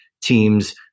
teams